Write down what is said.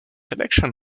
election